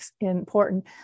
important